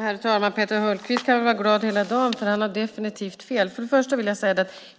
Herr talman! Peter Hultqvist kan vara glad hela dagen. Han har definitivt fel.